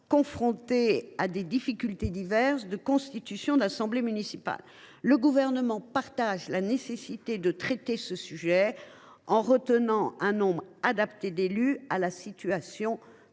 confrontées à des difficultés diverses de constitution d’assemblées municipales. Le Gouvernement partage la nécessité de traiter ce sujet en retenant un nombre adapté d’élus à la situation de chaque